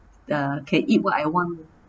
the can eat what I want